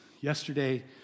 Yesterday